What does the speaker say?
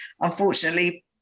unfortunately